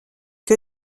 que